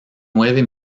nueve